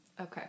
Okay